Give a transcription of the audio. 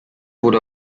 wurde